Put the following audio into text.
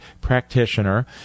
practitioner